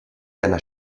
einer